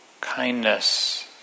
kindness